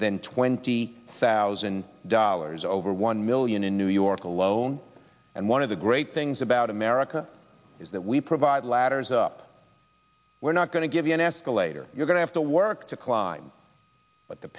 than twenty thousand dollars over one million in new york alone and one of the great things about america is that we provide ladders up we're not going to give you an escalator you're going to have to work to climb but the